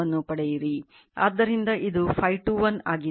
ಆದ್ದರಿಂದ ಇದು Φ21 ಆಗಿದೆ